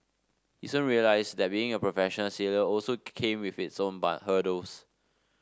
he soon realised that being a professional sailor also came with its own hurdles